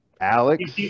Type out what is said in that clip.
Alex